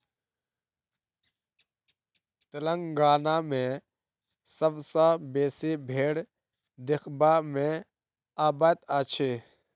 तेलंगाना मे सबसँ बेसी भेंड़ देखबा मे अबैत अछि